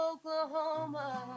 Oklahoma